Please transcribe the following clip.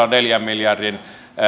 on neljän miljardin